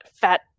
fat